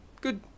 good